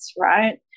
right